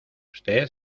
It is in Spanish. usted